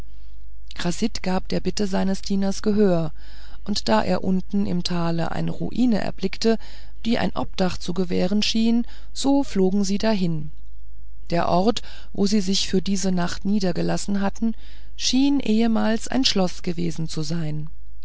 chasid gab der bitte seines dieners gehör und da er unten im tale eine ruine erblickte die ein obdach zu gewähren schien so flogen sie dahin der ort wo sie sich für diese nacht niedergelassen hatten schien ehemals ein schloß gewesen zu sein